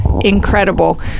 incredible